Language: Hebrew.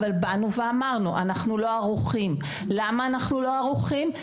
אבל באנו ואמרנו שאנחנו לא ערוכים ולמה אנחנו לא ערוכים?